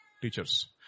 teachers